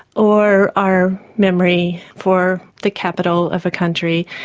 or our memory for the capital of a country.